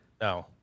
No